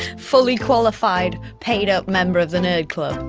fully qualified, paid-up member of the nerd club.